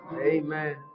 Amen